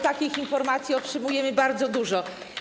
Takich informacji otrzymujemy bardzo dużo.